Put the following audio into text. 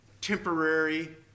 temporary